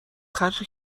خرج